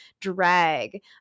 drag